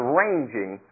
ranging